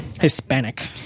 Hispanic